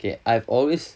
okay I've always